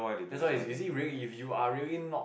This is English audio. that's why is you see if you are really not